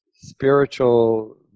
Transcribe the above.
spiritual